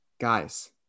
Guys